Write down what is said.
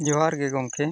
ᱡᱚᱦᱟᱨᱜᱮ ᱜᱚᱢᱠᱮ